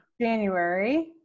January